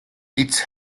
its